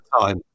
Time